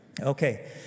Okay